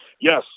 yes